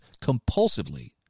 compulsively